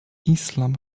islam